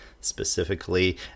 specifically